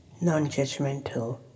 non-judgmental